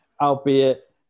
albeit